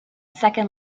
second